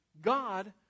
God